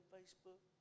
Facebook